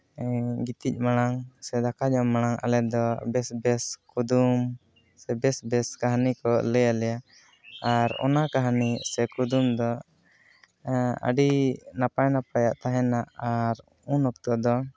ᱜᱤᱛᱤᱡ ᱢᱟᱲᱟᱝ ᱥᱮ ᱫᱟᱠᱟ ᱡᱚᱢ ᱢᱟᱲᱟᱝ ᱟᱞᱮ ᱫᱚ ᱵᱮᱥ ᱵᱮᱥ ᱠᱩᱫᱩᱢ ᱥᱮ ᱵᱮᱥ ᱵᱮᱥ ᱠᱟᱹᱱᱦᱤ ᱠᱚ ᱞᱟᱹᱭᱟᱞᱮᱭᱟ ᱟᱨ ᱚᱱᱟ ᱠᱟᱹᱦᱱᱤ ᱥᱮ ᱠᱩᱫᱩᱢ ᱫᱚ ᱟᱹᱰᱤ ᱱᱟᱯᱟᱭ ᱱᱟᱯᱟᱭᱟᱜ ᱛᱟᱦᱮᱱᱟ ᱟᱨ ᱩᱱ ᱚᱠᱛᱚ ᱫᱚ